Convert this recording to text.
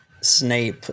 Snape